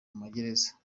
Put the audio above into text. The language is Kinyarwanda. magereza